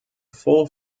full